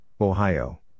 Ohio